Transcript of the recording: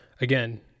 again